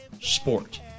sport